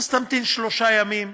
ואז תמתין שלושה ימים.